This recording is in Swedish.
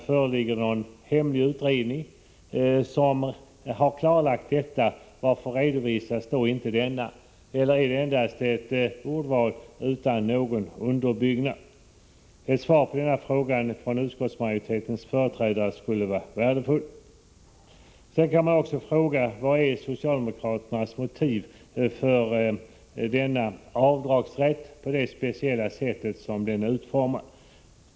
Föreligger någon hemlig utredning som har klarlagt detta? I så fall: Varför redovisas inte detta? Är detta endast ett ordval utan någon underbyggnad? Ett svar från utskottsmajoritetens företrädare på denna fråga skulle vara värdefullt. Man kan också fråga: Vad är socialdemokraternas motiv för denna avdragsrätt, på det speciella sätt som den är utformad?